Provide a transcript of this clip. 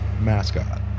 mascot